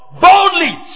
boldly